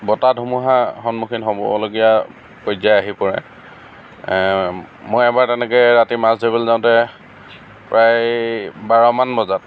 বতাহ ধুমুহা সন্মুখীন হ'বলগীয়া পৰ্য্যায় আহি পৰে মই এবাৰ তেনেকৈ ৰাতি মাছ ধৰিবলৈ যাওঁতে প্ৰায় বাৰমান বজাত